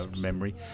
memory